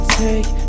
take